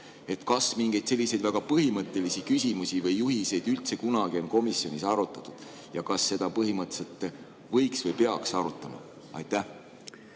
Kas mingeid selliseid väga põhimõttelisi küsimusi või juhiseid üldse kunagi on komisjonis arutatud? Ja kas seda põhimõtteliselt võiks või tuleks arutada? Austatud